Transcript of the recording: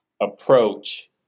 approach